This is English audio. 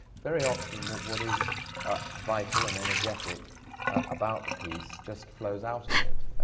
very often what what is vital and energetic about the piece just flows out of it,